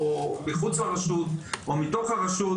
מחוץ לרשות או מתוך הרשות,